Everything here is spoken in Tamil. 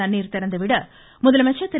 தண்ணீர் திறந்துவிட முதலமைச்சர் திரு